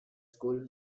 school